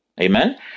Amen